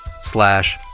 slash